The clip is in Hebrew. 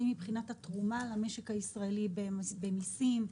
שיא מבחינת התרומה למשק הישראלי במיסים,